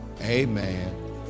amen